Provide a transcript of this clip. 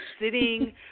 sitting